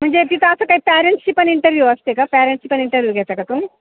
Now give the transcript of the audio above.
म्हणजे तिथं आता पॅरंट्ची पण इंटरव्यू असते का पॅरंटची पण इंटव्यू घेता का तुम्ही